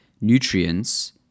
nutrients